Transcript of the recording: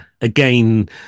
again